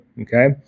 Okay